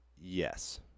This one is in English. Yes